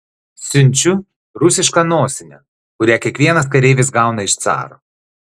siunčiu rusišką nosinę kurią kiekvienas kareivis gauna iš caro